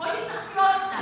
בואי תיסחפי עוד קצת.